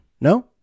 No